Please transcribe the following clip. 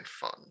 fun